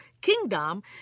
kingdom